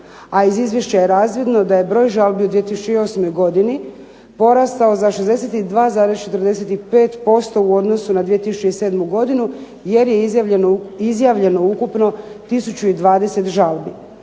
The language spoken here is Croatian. A iz izvješća je razvidno da je broj žalbi u 2008. godini porastao za 62,45% u odnosu na 2007. godinu jer je izjavljeno ukupno 1020 žalbi.